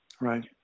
Right